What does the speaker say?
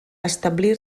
establir